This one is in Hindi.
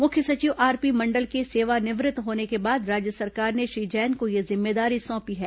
मुख्य सचिव आरपी मंडल के सेवानिवृत्त होने के बाद राज्य सरकार ने श्री जैन को यह जिम्मेदारी सोंपी है